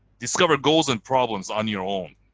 discover goals and problems on your own.